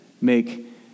make